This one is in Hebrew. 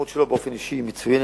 שלו באופן אישי היא מצוינת.